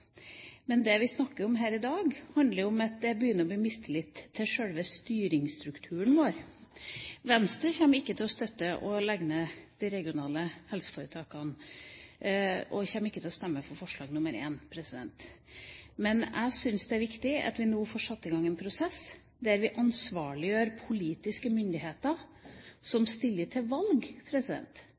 Men det vi snakker om her i dag, handler om at det begynner å bli mistillit til selve styringsstrukturen vår. Venstre kommer ikke til å støtte å legge ned de regionale helseforetakene og kommer ikke til å stemme for forslag nr. 1. Men jeg syns det er viktig at vi nå får satt i gang en prosess der vi ansvarliggjør politiske myndigheter, som stiller til valg,